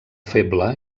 feble